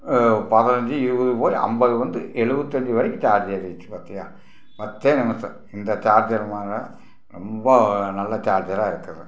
பதினைஞ்சு இருபது போய் ஐம்பது வந்து எழுவத்தஞ்சு வரைக்கும் சார்ஜ் ஏறிடுச்சு பார்த்தியா பத்தே நிமிஷம் இந்த சார்ஜர் மாரி ரொம்ப நல்ல சார்ஜராக இருக்குது